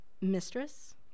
Mistress